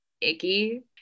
icky